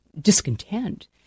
discontent